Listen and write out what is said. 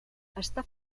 està